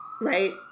Right